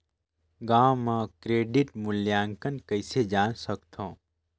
गांव म क्रेडिट मूल्यांकन कइसे जान सकथव?